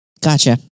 Gotcha